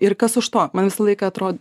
ir kas už to man visą laiką atrod